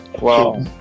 wow